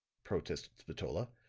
protested spatola.